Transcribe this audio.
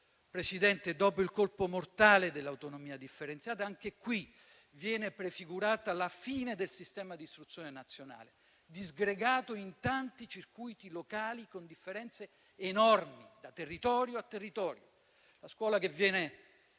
Presidente, dopo il colpo mortale dell'autonomia differenziata, anche qui viene prefigurata la fine del sistema di istruzione nazionale, disgregato in tanti circuiti locali, con differenze enormi da territorio a territorio. La scuola che viene